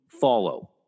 follow